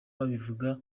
babivuga